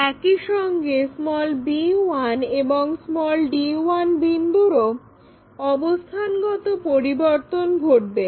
একইসঙ্গে b1 এবং d1 বিন্দুরও অবস্থানগত পরিবর্তন ঘটবে